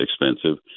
expensive